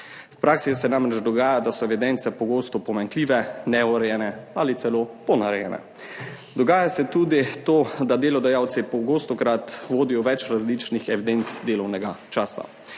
V praksi se namreč dogaja, da so evidence pogosto pomanjkljive, neurejene ali celo ponarejene. Dogaja se tudi to, da delodajalci pogosto vodijo več različnih evidenc delovnega časa.